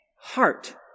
heart